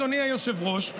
אדוני היושב-ראש,